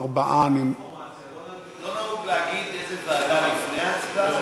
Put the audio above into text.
ארבעה, לא נהוג להגיד איזו ועדה לפני ההצבעה?